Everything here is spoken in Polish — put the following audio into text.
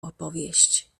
opowieść